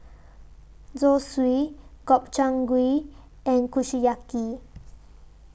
Zosui Gobchang Gui and Kushiyaki